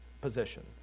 position